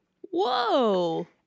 Whoa